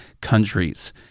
countries